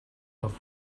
love